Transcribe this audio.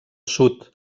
sud